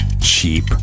cheap